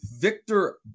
Victor